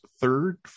third